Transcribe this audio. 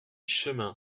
chemin